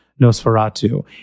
Nosferatu